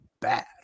bad